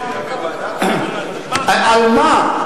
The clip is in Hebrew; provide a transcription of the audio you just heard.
על מה?